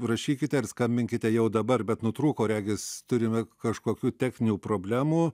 rašykite ir skambinkite jau dabar bet nutrūko regis turime kažkokių techninių problemų